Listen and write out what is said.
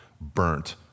burnt